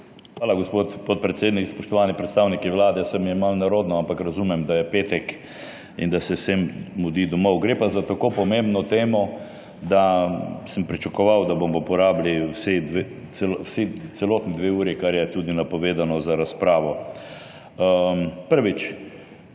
Hvala, gospod podpredsednik. Spoštovani predstavniki Vlade! Saj mi je malo nerodno, ampak razumem, da je petek in da se vsem mudi domov. Gre pa za tako pomembno temo, da sem pričakoval, da bomo porabili celotni dve uri, kar je tudi napovedano za razpravo. Tudi